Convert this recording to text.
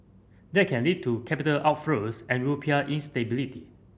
that can lead to capital outflows and rupiah instability